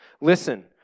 Listen